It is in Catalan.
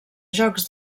jocs